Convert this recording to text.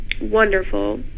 wonderful